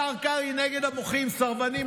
השר קרעי נגד המוחים: סרבנים,